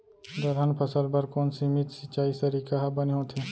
दलहन फसल बर कोन सीमित सिंचाई तरीका ह बने होथे?